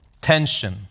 Tension